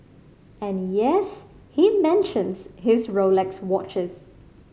and yes he mentions his Rolex watches